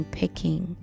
picking